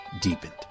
deepened